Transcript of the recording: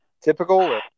typical